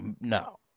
no